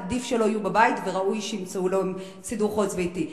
עדיף שלא יהיו בבית וראוי שימצאו להם סידור חוץ-ביתי.